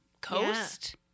coast